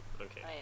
Okay